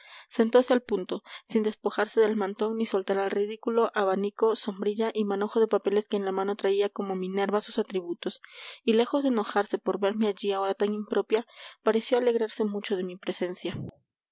respiración sentose al punto sin despojarse del mantón ni soltar el ridículo abanico sombrilla y manojo de papeles que en la mano traía como minerva sus atributos y lejos de enojarse por verme allí a hora tan impropia pareció alegrarse mucho de mi presencia